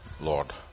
Lord